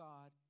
God